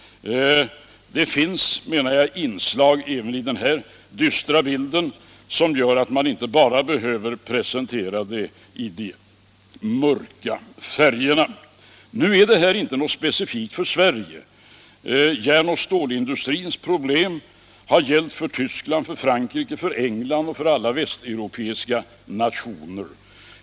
Det finns, menar jag, inslag även i den här dystra bilden som gör att man inte bara behöver presentera det hela i de mörka färgerna. Detta är inte något specifikt för Sverige. Järn och stålindustrins problem har gällt för Tyskland, Frankrike, England och alla västeuropeiska nationer.